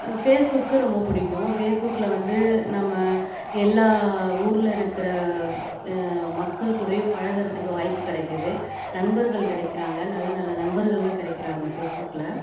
ஃபேஸ்புக்கும் ரொம்ப பிடிக்கும் ஃபேஸ்புக்கில் வந்து நம்ம எல்லா ஊரில் இருக்கிற மக்கள்கூடயும் பழகுறதுக்கு வாய்ப்பு கிடைக்கிது நண்பர்கள் கிடைக்கிறாங்க நல்ல நல்ல நண்பர்கள்லாம் கிடைக்கிறாங்க ஃபேஸ்புக்கில்